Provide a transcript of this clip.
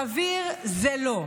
סביר זה לא.